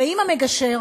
ועם המגשר,